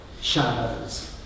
Shadows